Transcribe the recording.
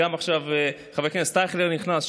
עכשיו חבר הכנסת אייכלר נכנס.